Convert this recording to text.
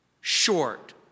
short